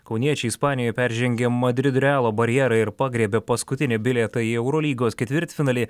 kauniečiai ispanijoje peržengė madrido realo barjerą ir pagriebė paskutinį bilietą į eurolygos ketvirtfinalį